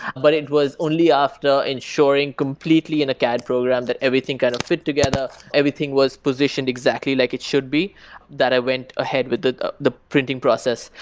but it was only after ensuring completely in a cad program that everything kind of fit together. everything was positioned exactly like it should be that i went ahead with the ah the printing process.